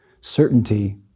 certainty